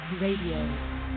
Radio